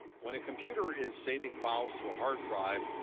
when a computer is saving files to a hard drive,